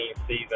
season